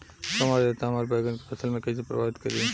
कम आद्रता हमार बैगन के फसल के कइसे प्रभावित करी?